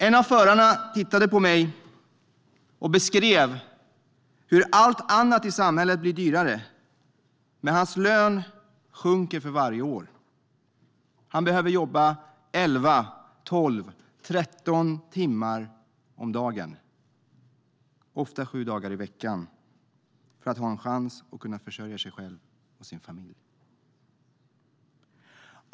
En av förarna tittade på mig och beskrev hur allt annat i samhället blir dyrare men hans lön sjunker för varje år. Han behöver jobba elva, tolv eller tretton timmar om dagen, ofta sju dagar i veckan, för att ha en chans att försörja sig själv och sin familj.